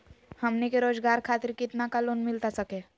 हमनी के रोगजागर खातिर कितना का लोन मिलता सके?